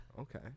okay